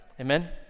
Amen